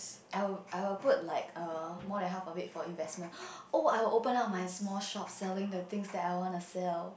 I will I will put like err more than half of it for investment oh I will open up my small shop selling the things that I want to sell